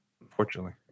unfortunately